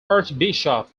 archbishop